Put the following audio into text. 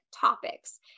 topics